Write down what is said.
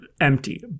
empty